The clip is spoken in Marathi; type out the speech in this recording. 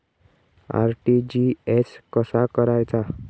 आर.टी.जी.एस कसा करायचा?